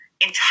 entire